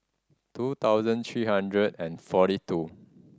two thousand three hundred and forty two